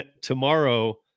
tomorrow